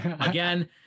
Again